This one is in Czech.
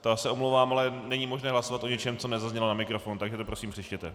Já se omlouvám, ale není možné hlasovat o něčem, co nezaznělo na mikrofon, takže to prosím přečtěte.